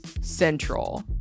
central